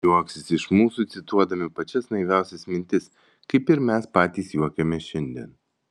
juoksis iš mūsų cituodami pačias naiviausias mintis kaip ir mes patys juokiamės šiandien